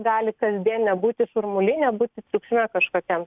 gali kasdien nebūti šurmuly nebūti triukšme kažkokiam